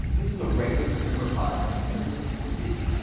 this is a regular consumer product that millions of people use.